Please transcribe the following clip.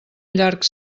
llarg